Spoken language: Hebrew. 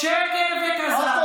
שקר וכזב.